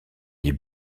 les